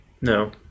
No